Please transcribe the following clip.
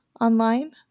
online